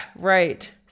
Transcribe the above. Right